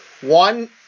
One